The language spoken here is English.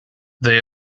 they